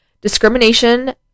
discrimination